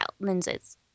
lenses